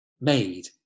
made